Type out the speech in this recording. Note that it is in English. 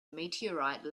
meteorite